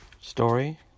story